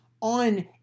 on